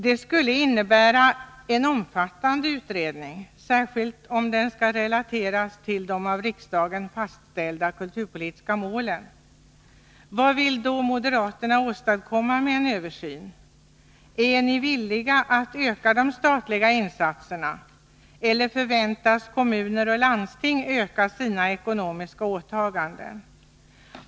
Det skulle innebära en omfattande utredning, särskilt om den skall relateras till de av riksdagen fastställda kulturpolitiska målen. Vad vill då moderaterna åstadkomma med en sådan översyn? Är ni villiga att öka de statliga insatserna, eller förväntas kommuner och landsting öka sina ekonomiska åtaganden?